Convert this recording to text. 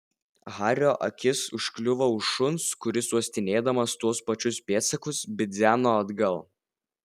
hario akis užkliuvo už šuns kuris uostinėdamas tuos pačius pėdsakus bidzeno atgal